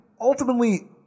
ultimately